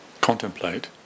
Contemplate